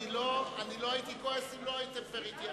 אני לא הייתי כועס אם לא היית פייר אתי.